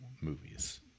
movies